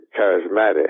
charismatic